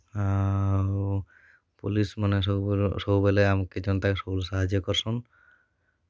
ଆ ଆଉ ପୋଲିସ ମାନେ ସବୁବେଲେ ସବୁବେଲେ ଆମକେ ଜନତା ସବୁବେଲେ ସାହାଯ୍ୟ କରଛନ